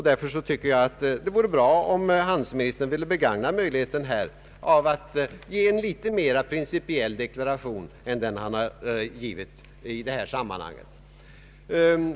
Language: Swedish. Det vore därför bra om handelsministern ville begagna tillfället att nu ge en litet mer principiell deklaration än den han lämnat här.